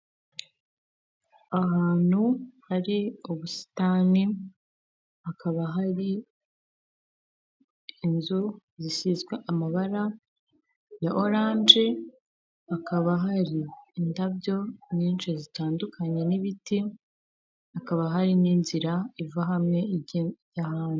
Ahantu hari ubusitani hakaba hari inzu zisizwe amabara ya orange hakaba hari indabyo nyinshi zitandukanye n'ibiti hakaba hari n'inzira iva hamwe ijya ahandi.